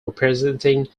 representing